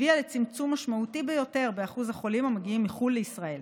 הביאה לצמצום משמעותי ביותר באחוז החולים המגיעים מחו"ל לישראל.